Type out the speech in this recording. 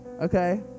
Okay